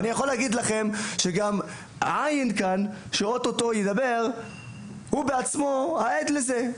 גם ע' שנמצא כאן וידבר הוא בעצמו עד לזה.